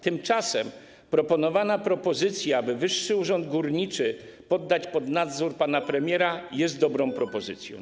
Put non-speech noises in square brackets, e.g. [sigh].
Tymczasem przedstawiona propozycja, aby Wyższy Urząd Górniczy poddać pod nadzór pana premiera, [noise] jest dobrą propozycją.